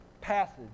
passage